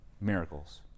miracles